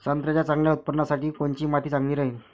संत्र्याच्या चांगल्या उत्पन्नासाठी कोनची माती चांगली राहिनं?